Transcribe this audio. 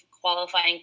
qualifying